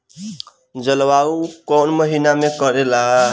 जलवायु कौन महीना में करेला?